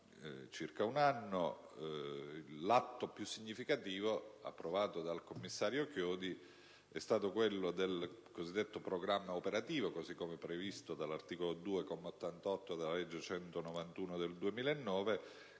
l'atto più significativo approvato dal commissario Chiodi è stato quello del cosiddetto programma operativo, così come previsto dall'articolo 2, comma 88, della legge n. 191 del 2009,